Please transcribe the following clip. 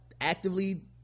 actively